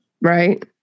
Right